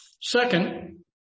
Second